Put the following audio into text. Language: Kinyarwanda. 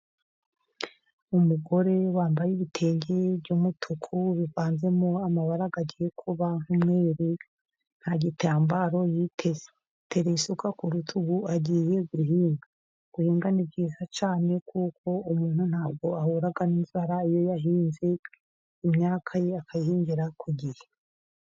Umugore wambaye ibitenge by'umutuku bivanzemo amabara agiye kuba nk'umweru, nta gitambaro yiteze, atereye isuka ku rutugu agiye guhinga, guhinga ni byiza cyane, kuko umuntu ntabwo ahura n'inzara iyo yahinze imyaka ye akayihingira ku gihe.